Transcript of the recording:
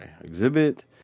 Exhibit